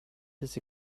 his